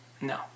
No